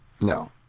No